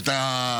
אתה.